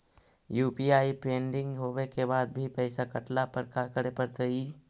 UPI pending होवे के बाद भी पैसा कटला पर का करे पड़तई?